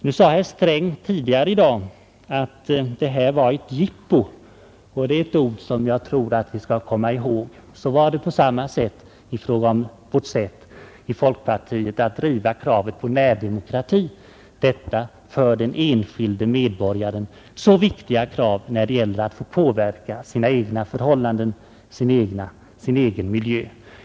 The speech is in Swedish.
Tidigare i dag sade herr Sträng att detta var ett jippo — ett ord som vi skall komma ihåg. Likadant var det i fråga om vårt sätt i folkpartiet att driva kravet på närdemokrati, detta för den enskilde medborgaren så viktiga krav när det gäller att få påverka sina egna förhållanden, sin egen miljö.